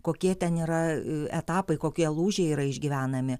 kokie ten yra etapai kokie lūžiai yra išgyvenami